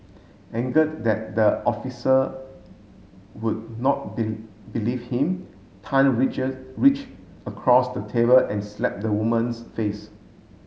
angered that the officer would not believe him Tan reach across the table and slapped the woman's face